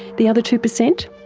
the other two percent?